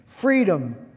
freedom